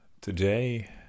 Today